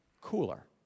cooler